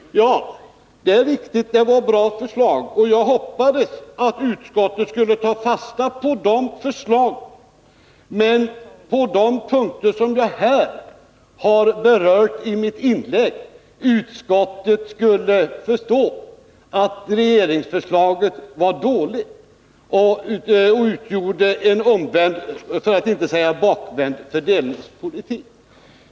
Det är riktigt att det var bra förslag, och jag hoppades att utskottet skulle ta fasta på dem. Men jag hoppades också att utskottet skulle förstå att regeringsförslaget var dåligt på de punkter som jag har berört i mitt inlägg. Det är uttryck för en omvänd — för att inte säga bakvänd — fördelningspolitik.